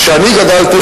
כשאני גדלתי,